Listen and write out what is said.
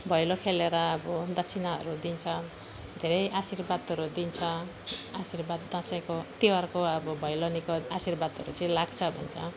भैलो खेलेर अब दक्षिणाहरू दिन्छ धेरै आशीर्वादहरू दिन्छ आशीर्वाद दसैँको तिहारको अब भैलिनीको आशीर्वादहरू चाहिँ लाग्छ भन्छ